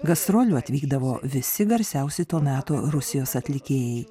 gastrolių atvykdavo visi garsiausi to meto rusijos atlikėjai